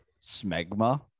smegma